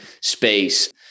space